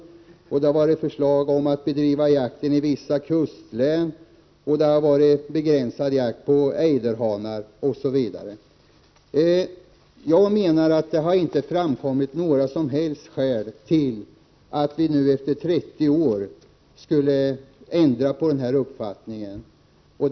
1988/89:41 jakten skulle bedrivas i vissa kustlän, att det skulle få bedrivas begränsad jakt 8 december 1988 på ejderhanar, osv. ERE NG ETSI Jag menar att det inte har framkommit några som helst skäl till att riksdagen nu efter 30 år skulle ändra uppfattning.